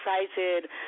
excited